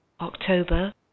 October